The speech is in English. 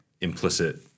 implicit